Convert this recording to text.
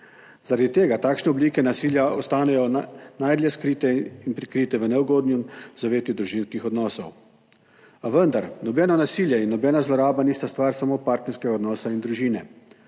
Zaradi tega takšne oblike nasilja ostanejo najdlje skrite in prikrite v neugodnem zavetju družinskih odnosov, a vendar nobeno nasilje in nobena zloraba nista stvar samo partnerskega odnosa in družine.